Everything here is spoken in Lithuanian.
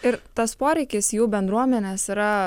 ir tas poreikis jų bendruomenės yra